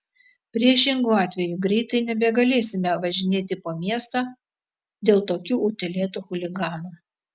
priešingu atveju greitai nebegalėsime važinėti po miestą dėl tokių utėlėtų chuliganų